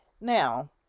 now